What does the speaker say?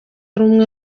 rumwe